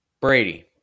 Brady